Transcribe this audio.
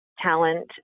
talent